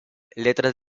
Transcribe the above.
letras